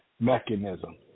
mechanism